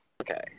Okay